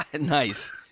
Nice